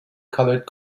colored